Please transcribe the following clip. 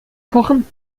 kochen